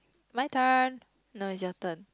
my turn not is your turn